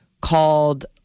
called